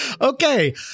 Okay